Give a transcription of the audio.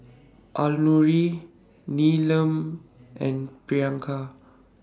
Alluri Neelam and Priyanka